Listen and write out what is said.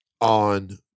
on